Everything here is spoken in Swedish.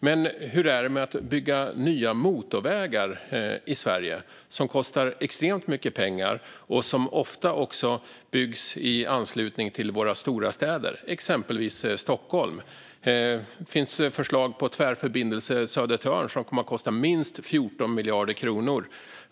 Men hur är det med att bygga nya motorvägar i Sverige? Det kostar extremt mycket pengar, och de byggs ofta i anslutning till våra stora städer, exempelvis Stockholm. Det finns förslag på Tvärförbindelse Södertörn, som kommer att kosta minst 14 miljarder kronor.